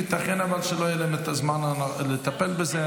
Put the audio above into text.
אבל ייתכן שלא יהיה להם את הזמן לטפל בזה,